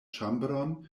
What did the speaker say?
ĉambron